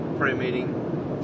pre-meeting